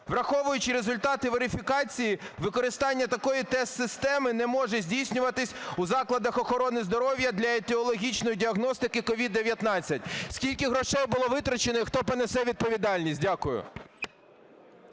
"враховуючи результати верифікації, використання такої тест-системи не може здійснюватися у закладах охорони здоров'я для етіологічної діагностики COVID-19". Скільки грошей було витрачено і хто понесе відповідальність? Дякую.